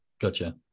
Gotcha